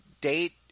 date